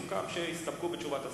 סוכם שיסתפקו בתשובת השר,